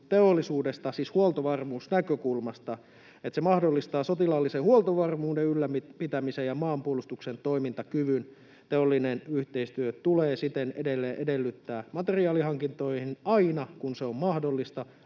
ilmailuteollisuudessa, siis huoltovarmuusnäkökulmasta, että se mahdollistaa sotilaallisen huoltovarmuuden ylläpitämisen ja maanpuolustuksen toimintakyvyn. Teollista yhteistyötä tulee siten edelleen edellyttää materiaalihankintoihin aina, kun se on mahdollista.